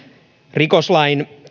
rikoslain